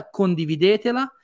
condividetela